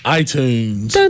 iTunes